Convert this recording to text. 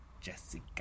Jessica